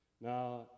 Now